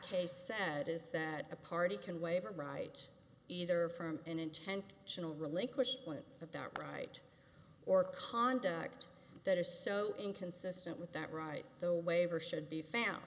case said is that a party can waive a right either firm in intent tional relinquishment of that right or conduct that is so inconsistent with that right the waiver should be found